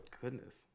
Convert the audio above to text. Goodness